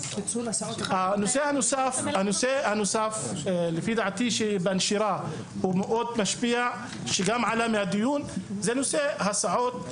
נושא נוסף שעלה מהדיון שקשור בנשירה ולדעתי מאוד משפיע הוא נושא ההסעות,